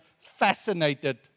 fascinated